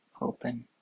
open